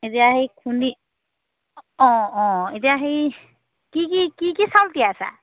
এতিয়া সেই খুন্দি অঁ অঁ এতিয়া হেৰি কি কি কি কি চাউল তিয়াইছা